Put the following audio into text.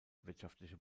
wirtschaftliche